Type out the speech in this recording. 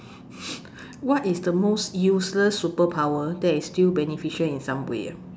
what is the most useless superpower that is still beneficial in some way ah